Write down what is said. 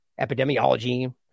Epidemiology